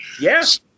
Yes